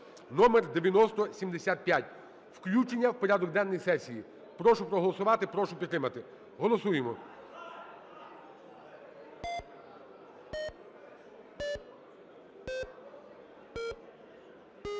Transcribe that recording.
(№ 9075). Включення в порядок денний сесії. Прошу проголосувати, прошу підтримати. Голосуємо.